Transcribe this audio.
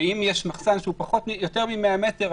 ואם יש מחסן שהוא יותר מ-100 מטר,